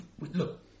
look